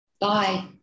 bye